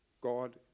God